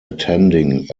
attending